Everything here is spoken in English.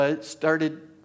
started